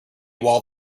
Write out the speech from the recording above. while